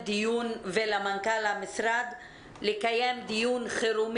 ולמנכ"ל המשרד ומבקשת לקיים דיון חירום